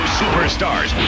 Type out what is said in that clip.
superstars